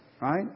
Right